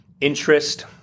interest